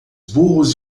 burros